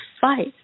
fight